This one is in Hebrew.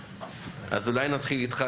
אז אולי נתחיל איתך.